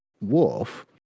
wolf